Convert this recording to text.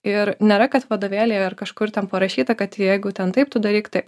ir nėra kad vadovėlyje ar kažkur ten parašyta kad jeigu ten taip tu daryk taip